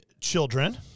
children